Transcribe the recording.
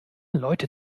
leute